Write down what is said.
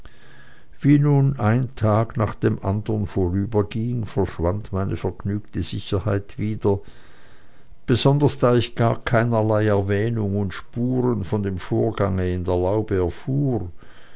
wie nun ein tag nach dem andern vorüberging verschwand meine vergnügte sicherheit wieder besonders da ich gar keinerlei erwähnung und spuren von dem vorgange in der laube erfuhr